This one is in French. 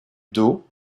dos